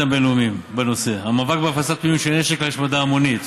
הבין-לאומיים בנושא המאבק בהפצה ומימון של נשק להשמדה המונית,